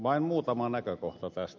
vain muutama näkökohta tästä